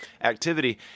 activity